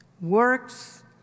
works